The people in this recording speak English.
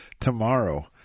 tomorrow